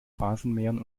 rasenmähern